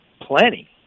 plenty